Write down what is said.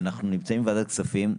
אנחנו נמצאים בוועדת כספים,